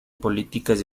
políticas